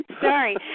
Sorry